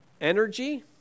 energy